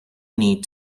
need